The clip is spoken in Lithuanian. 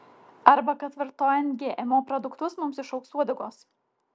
arba kad vartojant gmo produktus mums išaugs uodegos